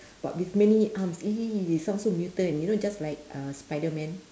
but with many arms !ee! sound so mutant you know just like uh spiderman